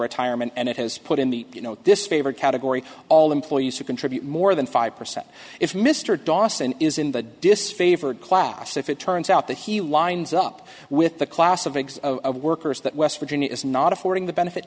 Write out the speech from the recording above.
retirement and it has put in the you know disfavor category all employees who contribute more than five percent if mr dawson is in the disfavored class if it turns out that he winds up with the class of eggs of workers that west virginia is not affording the benefit